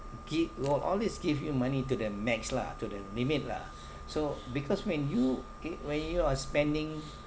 gi~ will always give you money to the max lah to the limit lah so because when you get when you are spending